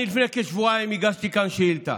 אני, לפני כשבועיים, הגשתי כאן שאילתה.